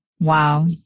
Wow